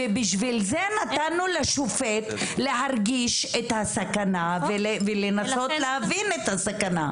בשביל זה נתנו לשופט להרגיש את הסכנה ולנסות להבין את הסכנה.